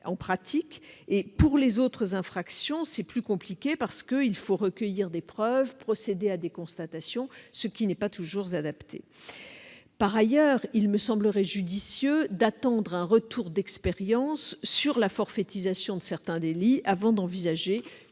à opérer ; pour les autres infractions, c'est plus compliqué, parce qu'il faut recueillir des preuves et procéder à des constatations, ce qui n'est pas toujours adapté. Par ailleurs, il me semblerait judicieux d'attendre un retour d'expérience sur la forfaitisation de certains délits avant d'envisager